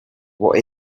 what